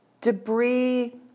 Debris